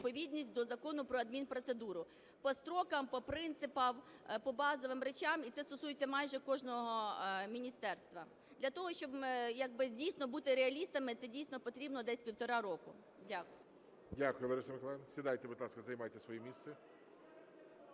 відповідність до Закону про адмінпроцедуру по строкам, по принципам, по базовим речам, і це стосується майже кожного міністерства. Для того, щоб як би дійсно бути реалістами, це дійсно потрібно десь півтора року. Дякую. ГОЛОВУЮЧИЙ. Дякую, Лариса Миколаївна. Сідайте, будь ласка, займайте своє місце.